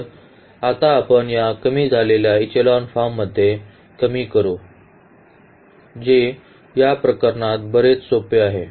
तर आता आपण या कमी झालेल्या इचेलॉन फॉर्ममध्ये कमी करू जे या प्रकरणात बरेच सोपे आहे